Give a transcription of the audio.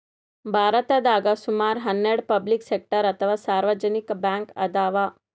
ಭಾರತದಾಗ್ ಸುಮಾರ್ ಹನ್ನೆರಡ್ ಪಬ್ಲಿಕ್ ಸೆಕ್ಟರ್ ಅಥವಾ ಸಾರ್ವಜನಿಕ್ ಬ್ಯಾಂಕ್ ಅದಾವ್